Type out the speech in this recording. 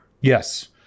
yes